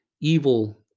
Evil